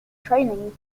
training